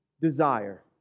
desire